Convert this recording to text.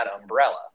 umbrella